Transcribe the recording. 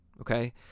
okay